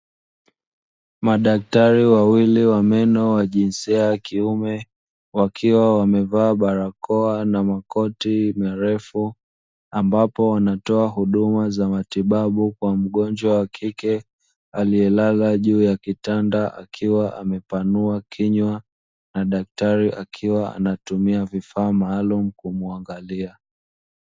Madaktari wawili wa meno wa jinsia ya kiume wakiwa wamevaa barakoa na makoti marefu, ambapo wanatoa huduma za matibabu kwa mgonjwa wa kike aliyelala juu ya kitanda akiwa amepanua kinywa na daktari akiwa anatumia vifaa maalumu kumuangalia.